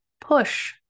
push